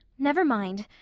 never mind!